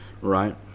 right